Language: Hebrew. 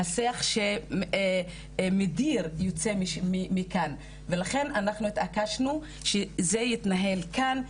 השיח שמדיר יוצא מכאן ולכן אנחנו התעקשנו שזה יתנהל כאן,